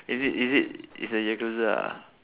is it is it it's the yakuza ah